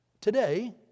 Today